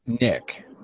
Nick